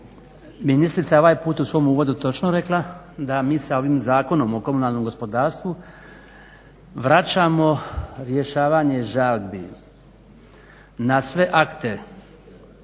ministrica je ovaj put u svom uvodu točno rekla da mi sa ovim Zakonom o komunalnom gospodarstvu vraćamo rješavanje žalbi na sve akte